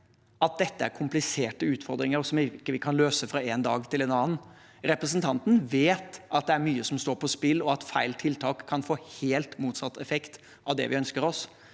at dette er kompliserte utfordringer som vi ikke kan løse fra en dag til en annen. Representanten vet at det er mye som står på spill, og at feil tiltak kan få helt motsatt effekt av det vi ønsker oss.